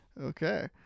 Okay